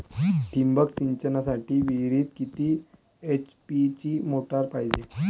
ठिबक सिंचनासाठी विहिरीत किती एच.पी ची मोटार पायजे?